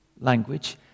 language